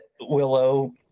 Willow